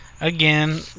again